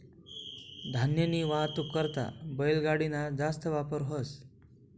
धान्यनी वाहतूक करता बैलगाडी ना जास्त वापर व्हस